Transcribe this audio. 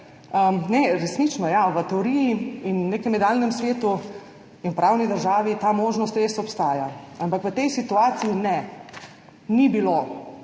resnično, v teoriji in v nekem idealnem svetu in v pravni državi ta možnost res obstaja, ampak v tej situaciji ne. Ni bilo